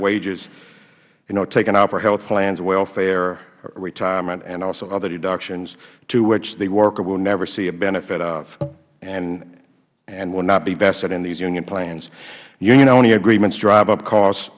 wages taken out for health plans welfare retirement and also other deductions to which the worker will never see a benefit of and will not be vested in these union plans union only agreements drive up costs